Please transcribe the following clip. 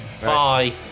Bye